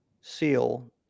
seal